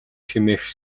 хэмээх